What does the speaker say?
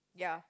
ya